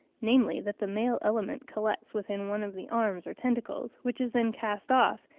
namely that the male element collects within one of the arms or tentacles, which is then cast off,